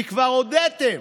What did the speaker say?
כי כבר הודיתם: